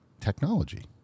technology